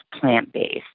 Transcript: plant-based